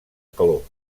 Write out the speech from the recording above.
calor